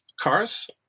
cars